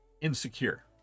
insecure